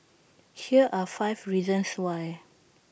here are five reasons why